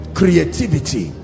creativity